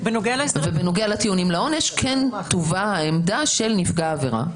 ובנוגע לטיעונים לעונש כן תובא העמדה של נפגע העבירה.